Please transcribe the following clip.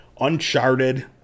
Uncharted